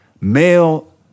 male